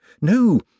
No